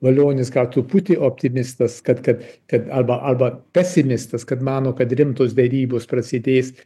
valionis gal truputį optimistas kad kad kad arba arba pesimistas kad mano kad rimtos derybos prasidės